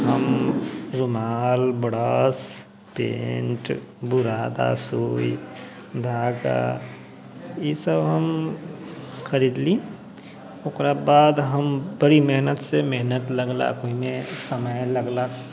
हम रूमाल brush paint बुरादा सुई धागा ईसब हम खरीदली ओकराबाद हम बड़ी मेहनतसँ मेहनत लगलाके ओहिमे समय लगला